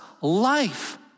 life